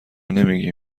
نمی